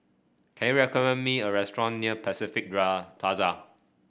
can you recommend me a restaurant near Pacific Plaza